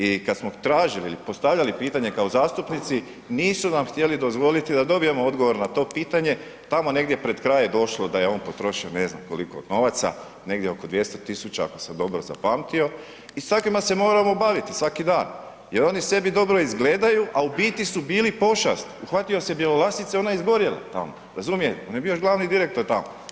I kad smo tražili i postavljali pitanja kao zastupnici, nisu nam htjeli dozvoliti da dobijemo odgovor na to pitanjem, tamo negdje pred kraj je došlo da je on potrošio ne znam koliko novaca, negdje oko 200 000 ako sam dobro zapamtio i s takvima se moramo baviti svaki dan jer oni sebi dobro izgledaju a u biti su bili pošast, uhvatio se Bjelolasice, ona je izgorjela tamo, razumijete, on je još bio glavni direktor tamo.